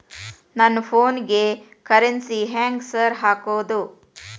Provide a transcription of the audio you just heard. ನನ್ ಫೋನಿಗೆ ಕರೆನ್ಸಿ ಹೆಂಗ್ ಸಾರ್ ಹಾಕೋದ್?